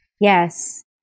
Yes